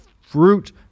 fruit